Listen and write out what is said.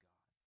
God